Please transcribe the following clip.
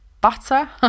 butter